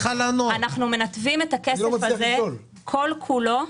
אנחנו מנתבים את הכסף הזה כל כולו,